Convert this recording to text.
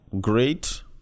great